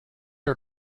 are